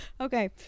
Okay